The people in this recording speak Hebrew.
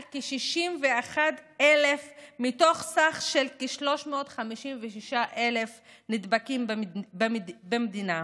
כ-61,000 מתוך כ-356,015 נדבקים במדינה,